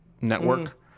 network